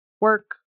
work